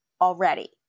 already